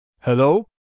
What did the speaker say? Hello